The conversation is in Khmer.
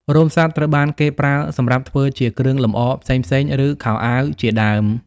រោមសត្វត្រូវបានគេប្រើសម្រាប់ធ្វើជាគ្រឿងលម្អផ្សេងៗ ឬខោអាវជាដើម។